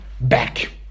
back